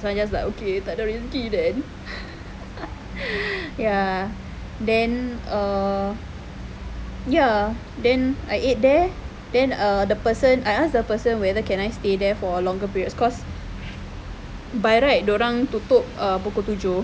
so I just like okay tak ada rezeki then ya then err ya then I ate there then err the person I ask the person whether can I stay there for a longer period cause by right dorang tutup uh pukul tujuh